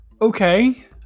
Okay